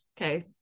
okay